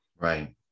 Right